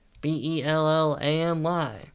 B-E-L-L-A-M-Y